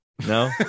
no